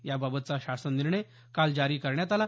याबाबतचा शासन निर्णय काल जारी करण्यात आला